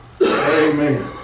Amen